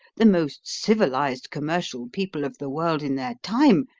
the most civilised commercial people of the world in their time,